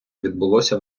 відбулося